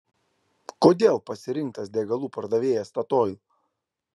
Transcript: kodėl pasirinktas degalų pardavėjas statoil